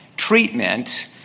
treatment